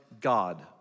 God